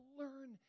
learn